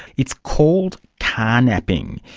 it's called car-napping.